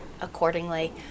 accordingly